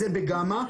זה בגמא.